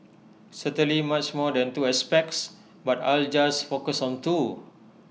certainly much more than two aspects but I'll just focus on two